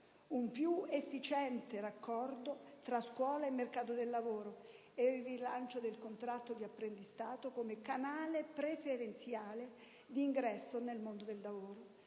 un più efficiente raccordo tra scuola e mercato del lavoro e il rilancio del contratto di apprendistato come canale preferenziale di ingresso nel mondo del lavoro.